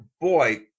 boy